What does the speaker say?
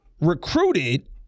recruited